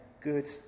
good